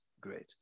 Great